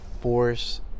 force